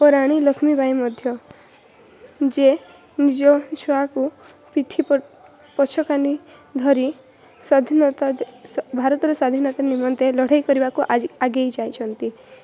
ରାଣୀ ଲକ୍ଷ୍ମୀବାଈ ମଧ୍ୟ ଯିଏ ନିଜ ଛୁଆକୁ ପିଠି ପଛ କାନି ଧରି ସ୍ୱାଧୀନତା ଭାରତର ସ୍ୱାଧୀନତା ନିମନ୍ତେ ଲଢ଼େଇ କରିବାକୁ ଆଗେଇ ଯାଇଛନ୍ତି